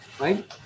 right